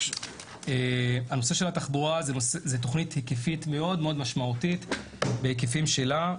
זו תוכנית מאוד-מאוד משמעותית בהיקפים שלה.